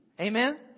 Amen